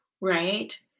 right